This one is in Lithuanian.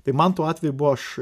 tai man tų atvejų buvo aš